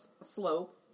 slope